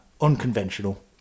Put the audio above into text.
unconventional